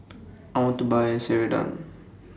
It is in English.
I want to Buy Ceradan